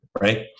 right